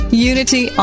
Unity